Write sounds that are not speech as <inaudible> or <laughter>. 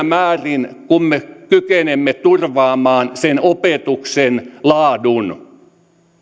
<unintelligible> määrin kuin me kykenemme turvaamaan sen opetuksen laadun